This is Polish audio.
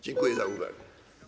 Dziękuję za uwagę.